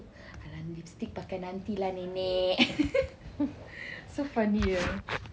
!alah! lipstick pakai nanti lah nenek so funny ah